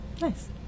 nice